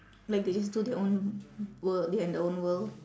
like they just do their own world they in their own world